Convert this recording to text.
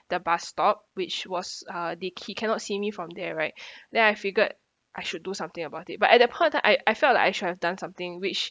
the bus stop which was uh they he cannot see me from there right then I figured I should do something about it but at that point of time I I felt I should have done something which